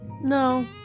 no